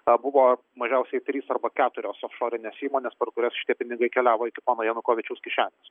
tą buvo mažiausiai trys arba keturios ofšorinės įmonės per kurias šitie pinigai keliavo iki pono janukovičiaus kišenės